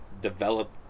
develop